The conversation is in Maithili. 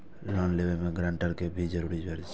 लोन लेबे में ग्रांटर के भी जरूरी परे छै?